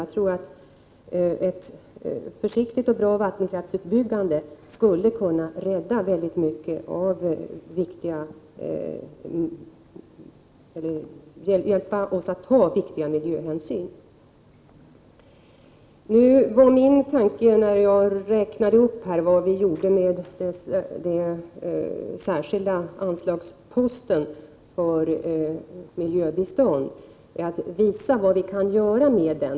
Jag tror att en försiktig och bra vattenkraftsutbyggnad skulle kunna hjälpa oss att ta viktiga miljöhänsyn. Min tanke när jag räknade upp vad man gjorde med den särskilda anslagsposten för miljöbistånd var att visa vad vi kan göra med den.